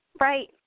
Right